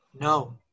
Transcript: No